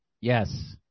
Yes